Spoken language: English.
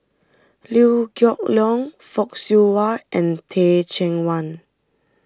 Liew Geok Leong Fock Siew Wah and Teh Cheang Wan